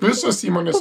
visos įmonės